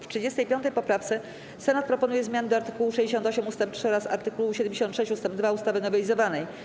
W 35. poprawce Senat proponuje zmiany do art. 68 ust. 3 oraz art. 76 ust. 2 ustawy nowelizowanej.